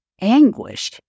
anguish